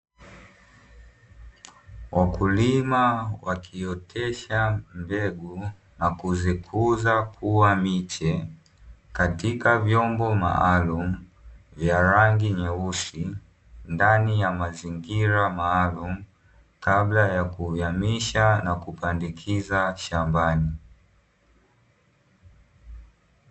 Wakulima wakiotesha mbegu na kuzikuza na kuwa miche katika vyombo maalumu vya rangi nyeusi, ndani ya mazingira maalumu kabla kuhamisha na kupandikiza shambani.